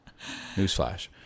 Newsflash